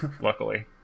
Luckily